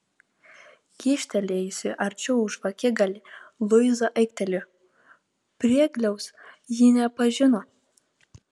kyštelėjusi arčiau žvakigalį luiza aiktelėjo priegliaus ji nepažino